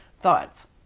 thoughts